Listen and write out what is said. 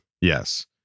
Yes